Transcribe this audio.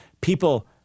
People